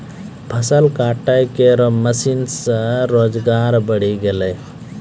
फसल काटै केरो मसीन सें रोजगार बढ़ी गेलै